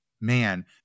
man